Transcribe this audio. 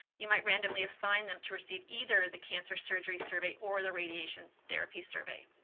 you might randomly assign them to receive either the cancer surgery survey or the radiation therapy survey.